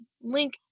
link